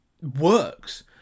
Works